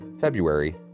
February